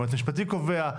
"היועץ המשפטי קובע".